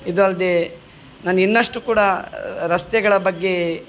ಇದಲ್ಲದೆ ನಾನು ಇನ್ನಷ್ಟು ಕೂಡ ರಸ್ತೆಗಳ ಬಗ್ಗೆ